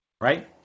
right